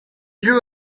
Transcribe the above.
drew